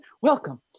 Welcome